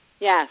Yes